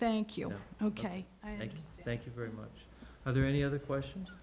thank you ok thank you very much are there any other questions